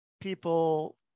people